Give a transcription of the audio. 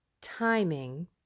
timing